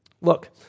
Look